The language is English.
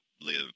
live